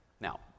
Now